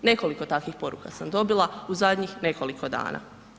Nekoliko takvih poruka sam dobila u zadnjih nekoliko dana.